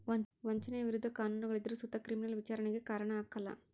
ವಂಚನೆಯ ವಿರುದ್ಧ ಕಾನೂನುಗಳಿದ್ದರು ಸುತ ಕ್ರಿಮಿನಲ್ ವಿಚಾರಣೆಗೆ ಕಾರಣ ಆಗ್ಕಲ